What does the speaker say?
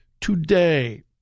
today